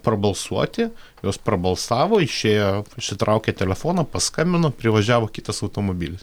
prabalsuoti jos prabalsavo išėjo išsitraukė telefoną paskambino privažiavo kitas automobilis